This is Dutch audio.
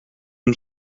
hem